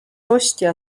ostja